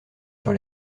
sur